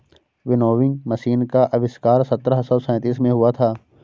winnowing machine का आविष्कार सत्रह सौ सैंतीस में हुआ था